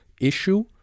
issue